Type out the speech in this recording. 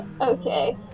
Okay